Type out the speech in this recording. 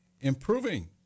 improving